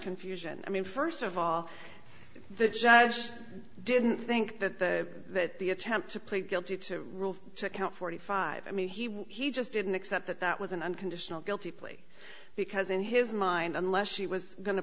confusion i mean first of all the just didn't think that the that the attempt to plead guilty to rule count forty five i mean he was he just didn't accept that that was an unconditional guilty plea because in his mind unless she was going to